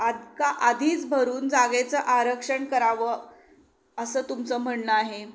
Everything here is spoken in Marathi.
आजका आधीच भरून जागेचं आरक्षण करावं असं तुमचं म्हणणं आहे